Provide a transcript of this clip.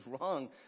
wrong